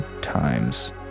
times